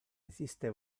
esiste